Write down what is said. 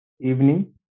evening